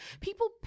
people